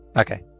Okay